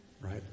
right